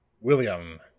William